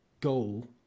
goal